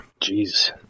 jeez